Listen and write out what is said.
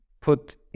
put